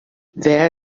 there